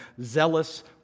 zealous